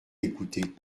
l’écouter